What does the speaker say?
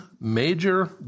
major